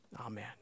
Amen